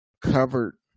covered